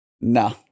no